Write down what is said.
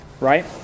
right